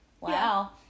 Wow